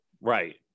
Right